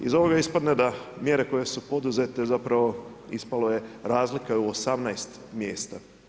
Iz ovoga ispada da mjere koje su poduzete zapravo ispalo je razlika je u 18 mjesta.